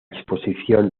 exposición